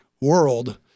world